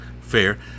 fair